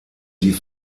die